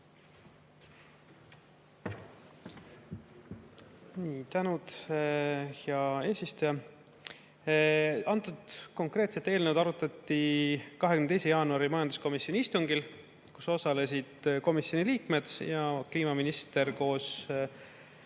Tänud, hea eesistuja! Antud konkreetset eelnõu arutati 22. jaanuaril majanduskomisjoni istungil, kus osalesid komisjoni liikmed ja kliimaminister koos